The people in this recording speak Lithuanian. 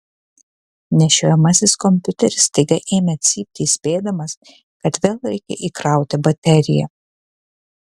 nešiojamasis kompiuteris staiga ėmė cypti įspėdamas kad vėl reikia įkrauti bateriją